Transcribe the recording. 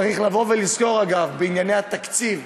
צריך לבוא ולזכור, אגב, בענייני התקציב,